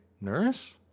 Nurse